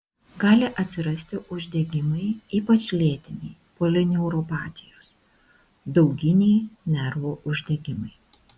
gali atsirasti uždegimai ypač lėtiniai polineuropatijos dauginiai nervų uždegimai